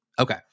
okay